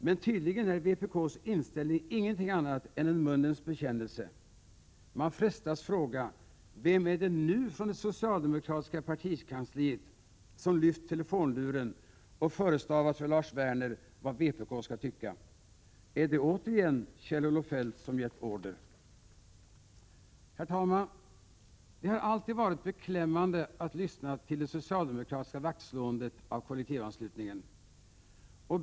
Men tydligen är vpk:s inställning ingenting annat än en munnens bekännelse. Man frestas fråga: Vem är det nu från det socialdemokratiska partikansliet som lyft telefonluren och förestavat för Lars Werner vad vpk skall tycka? Är det återigen Kjell-Olof Feldt som gett order? Herr talman! Det har alltid varit beklämmande att lyssna till det socialdemokratiska vaktslåendet om kollektivanslutningen.